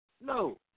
No